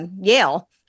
Yale